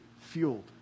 fueled